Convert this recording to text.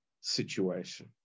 situation